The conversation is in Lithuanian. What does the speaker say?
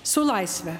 su laisve